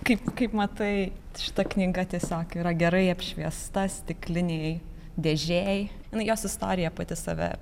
kaip kaip matai šita knyga tiesiog yra gerai apšviesta stiklinėj dėžėj jinai jos istorija pati save